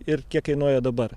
ir kiek kainuoja dabar